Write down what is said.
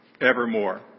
evermore